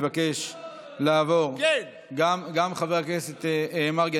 גם חבר הכנסת מרגי.